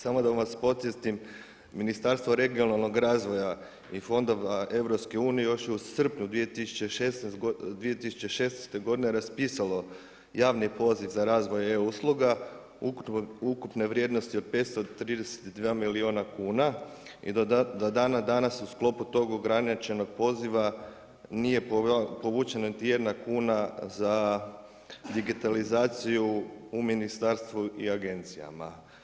Samo da vas podsjetim, Ministarstvo regionalnog razvoja i fondova EU još je u srpnju 2016. godine raspisalo javni poziv za razvoj EU usluga ukupne vrijednosti od 532 milijuna kuna i do dana danas u sklopu tog ograničenog poziva nije povučena niti jedna kuna za digitalizaciju u ministarstvu i agencijama.